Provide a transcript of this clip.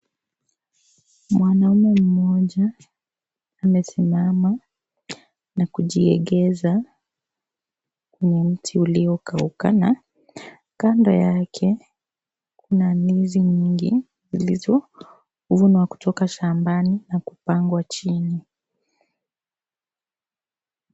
Mwanaume moja amesimama na kujiekeza kwa mti ulio kauka na kando yake kuna ndizi mingi zilizo vunwa kutoka shambani na kupangwa chini.